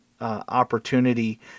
opportunity